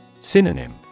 Synonym